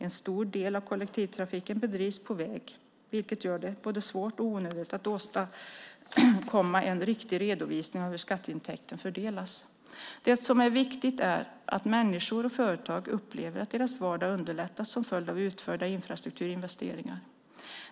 En stor del av kollektivtrafiken bedrivs på väg, vilket gör det både svårt och onödigt att åstadkomma en riktig redovisning av hur skatteintäkten fördelas. Det som är viktigt är att människor och företag upplever att deras vardag underlättas som följd av utförda infrastrukturinvesteringar.